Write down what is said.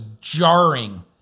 jarring